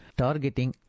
targeting